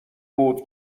بود